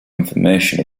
information